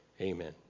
Amen